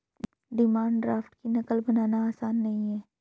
demand draft की नक़ल बनाना आसान नहीं है